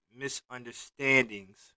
misunderstandings